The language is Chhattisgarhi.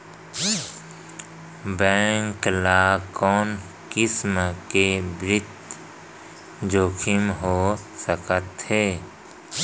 बेंक ल कोन किसम के बित्तीय जोखिम हो सकत हे?